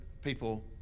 People